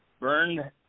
burned